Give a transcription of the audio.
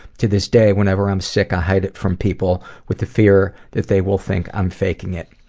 to this day, whenever i'm sick, i hide it from people with the fear that they will think i'm faking it.